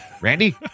Randy